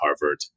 Harvard